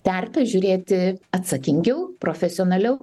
terpę žiūrėti atsakingiau profesionaliau